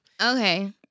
Okay